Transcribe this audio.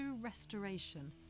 restoration